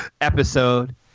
episode